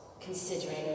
Considering